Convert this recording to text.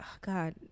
god